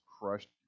crushed